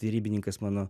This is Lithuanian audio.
derybininkas mano